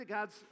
God's